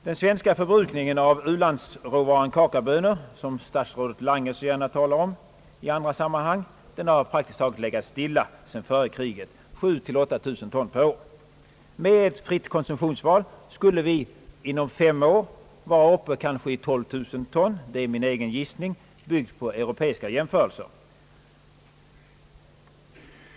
Den svenska förbrukningen av ulandsråvaran kakaobönor, som statsrådet Lange så gärna talar om i andra sammanhang, har legat praktiskt taget oförändrad sedan före kriget, 7 000— 8000 ton per år. Med fritt konsumtionsval skulle vi inom fem år vara uppe i 12000 ton. Det är min egen gissning byggd på europeiska jämförelser.